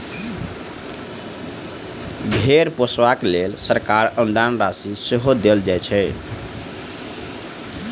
भेंड़ पोसबाक लेल सरकार अनुदान राशि सेहो देल जाइत छै